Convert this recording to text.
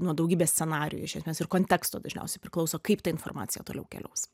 nuo daugybės scenarijų iš esmės ir konteksto dažniausiai priklauso kaip ta informacija toliau keliaus